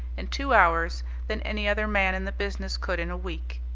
in two hours than any other man in the business could in a week.